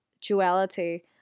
duality